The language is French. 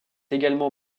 également